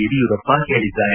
ಯಡಿಯೂರಪ್ಪ ಹೇಳಿದ್ದಾರೆ